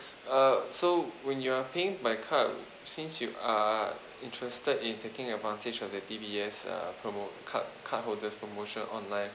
uh so when you are paying by card since you are interested in taking advantage of the D_B_S uh promo card cardholder's promotion online